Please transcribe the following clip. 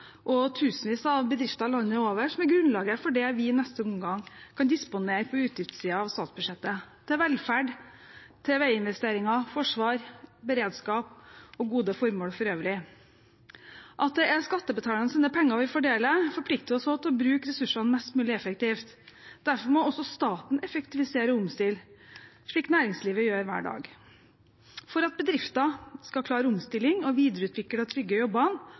og tusenvis av bedrifter landet over, som er grunnlaget for det vi i neste omgang kan disponere på utgiftssiden av statsbudsjettet til velferd, veiinvesteringer, forsvar, beredskap og gode formål for øvrig. At det er skattebetalernes penger vi fordeler, forplikter oss også til å bruke ressursene mest mulig effektivt. Derfor må også staten effektivisere og omstille, slik næringslivet gjør hver dag. For at bedrifter skal klare omstilling og videreutvikle og trygge